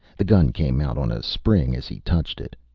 the gun came out on a spring as he touched it.